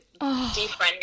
defriending